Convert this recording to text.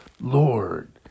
Lord